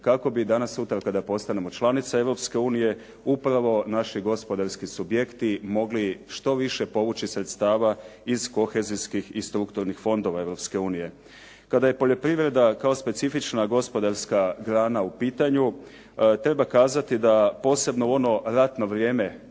kako bi danas sutra kada postanemo članica Europske unije upravo naši gospodarski subjekti mogli što više povući sredstava iz kohezijskih i strukturnih fondova Europske unije. Kada je poljoprivredna kao specifična gospodarska grana u pitanju treba kazati da posebno u ono ratno vrijeme